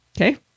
Okay